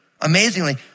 amazingly